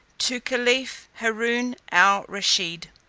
to caliph haroon al rusheed.